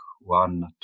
one